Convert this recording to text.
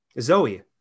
Zoe